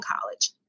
college